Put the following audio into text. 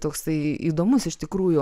toksai įdomus iš tikrųjų